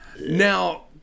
Now